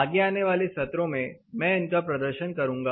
आगे आने वाले सत्रों में मैं इनका प्रदर्शन करूंगा